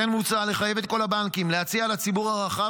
כן מוצע לחייב את כל הבנקים להציע לציבור הרחב